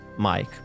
Mike